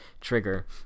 trigger